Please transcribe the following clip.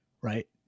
right